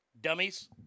Dummies